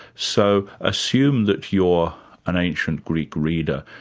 so assume that you're an ancient greek reader,